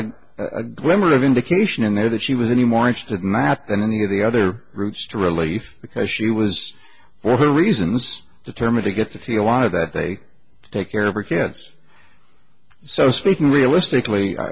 glimmer of indication in there that she was any more interested in math than any of the other groups to relief because she was for her reasons determined to get to feel wanted that they take care of her kids so speaking realistically i